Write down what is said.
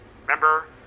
Remember